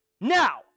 Now